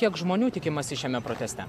kiek žmonių tikimasi šiame proteste